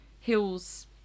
hills